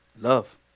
Love